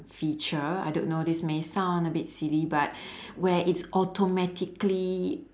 feature I don't know this may sound a bit silly but where it's automatically